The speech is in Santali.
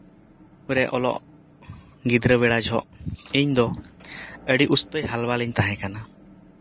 ᱨᱮ ᱚᱞᱚᱜ ᱜᱤᱫᱽᱨᱟᱹ ᱵᱮᱲᱟ ᱡᱚᱠᱷᱚᱱ ᱤᱧᱫᱚ ᱟᱹᱰᱤ ᱩᱥᱛᱟᱹᱭ ᱦᱟᱞᱵᱟᱞ ᱤᱧ ᱛᱟᱦᱮᱸ ᱠᱟᱱᱟ